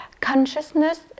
consciousness